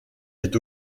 est